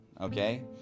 Okay